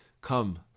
Come